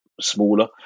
smaller